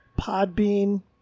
Podbean